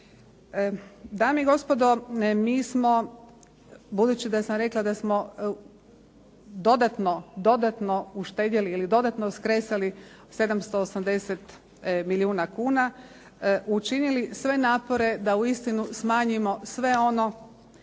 Dame i gospodo, mi smo budući da sam rekla da smo dodatno uštedjeli ili dodatno skresali 780 milijuna kuna, učinili sve napore da uistinu smanjimo sve ono